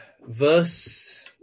verse